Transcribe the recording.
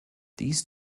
dies